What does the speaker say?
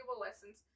lessons